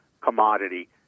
commodity